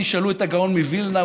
תשאלו את הגאון מווילנא,